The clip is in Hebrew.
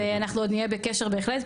ואנחנו עוד נהיה בקשר בהחלט,